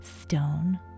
stone